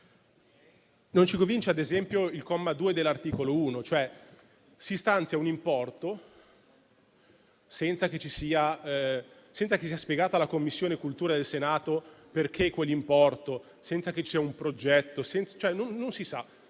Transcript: Non ci convince, ad esempio, il comma 2 dell'articolo 1. Si stanzia un importo senza che si sia spiegato alla Commissione cultura del Senato perché quell'importo e senza un progetto. C'è un